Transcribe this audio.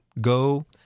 go